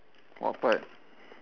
what part